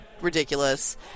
ridiculous